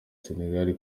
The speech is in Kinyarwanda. senegal